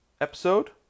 episode